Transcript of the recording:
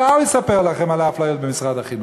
שעה הוא יספר לכם על אפליות במשרד החינוך.